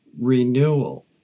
renewal